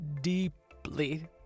deeply